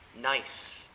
nice